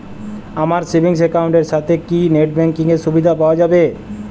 আমার savings account এর সাথে কি নেটব্যাঙ্কিং এর সুবিধা পাওয়া যাবে?